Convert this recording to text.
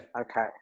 Okay